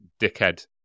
dickhead